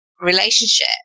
relationship